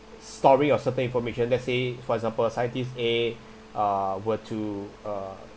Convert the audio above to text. story of certain information let's say for example scientist a uh were to uh